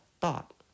thought